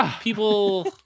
people